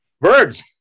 Birds